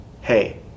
hey